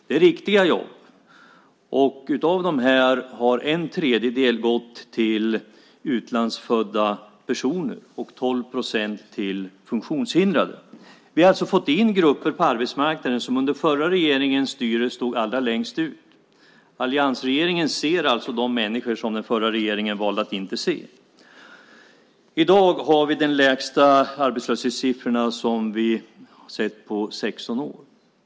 Det är riktiga jobb, och av dem har en tredjedel gått till utlandsfödda personer och 12 procent till funktionshindrade. Vi har alltså fått in grupper på arbetsmarknaden som under förra regeringens styre stod allra längst ut. Alliansregeringen ser alltså de människor som den förra regeringen valde att inte se. I dag har vi de lägsta arbetslöshetssiffrorna som vi sett på 16 år.